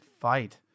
fight